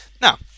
Now